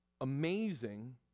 amazing